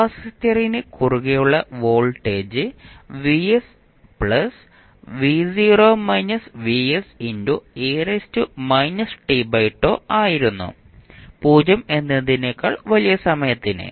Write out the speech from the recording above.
കപ്പാസിറ്ററിന് കുറുകെയുള്ള വോൾട്ടേജ് ആയിരുന്നു 0 എന്നതിനേക്കാൾ വലിയ സമയത്തിന്